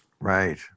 Right